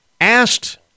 asked